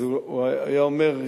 אז הוא היה אומר: